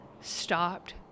stopped